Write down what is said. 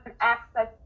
access